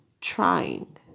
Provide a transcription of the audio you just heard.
trying